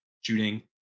shooting